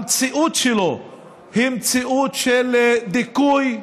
המציאות שלו היא מציאות של דיכוי,